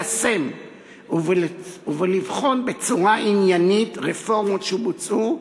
ליישם ולבחון בצורה עניינית רפורמות שבוצעו,